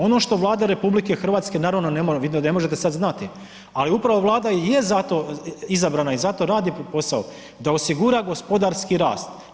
Ono što Vlada RH naravno ne može, vi to ne možete sada znati ali upravo Vlada i je zato izabrana i zato radi posao da osigura gospodarski rast.